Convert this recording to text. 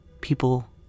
people